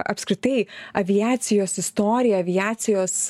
apskritai aviacijos istorija aviacijos